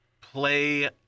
play